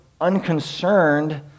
unconcerned